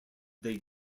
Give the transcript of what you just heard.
they